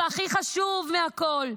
והכי חשוב מהכול,